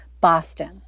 Boston